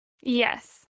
Yes